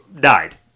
died